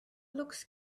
looks